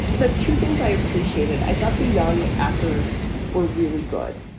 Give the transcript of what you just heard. the two things i appreciated, i thought the young actors were really good.